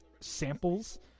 samples